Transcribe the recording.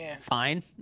fine